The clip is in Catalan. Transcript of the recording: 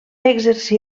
exercí